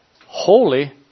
holy